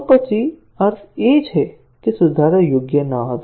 તો પછી અર્થ એ છે કે સુધારો યોગ્ય ન હતો